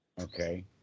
Okay